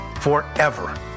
forever